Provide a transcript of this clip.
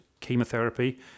chemotherapy